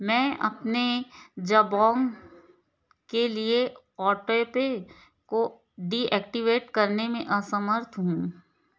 मैं अपने जबौंग के लिए ऑटोपे को डीऐक्टिवेट करने में असमर्थ हूँ